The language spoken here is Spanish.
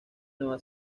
nueva